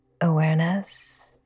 awareness